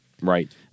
Right